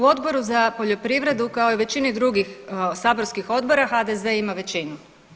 U Odboru za poljoprivredu kao i većini drugih saborskih odbora HDZ ima većinu.